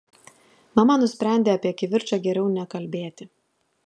mama nusprendė apie kivirčą geriau nekalbėti